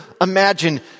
imagine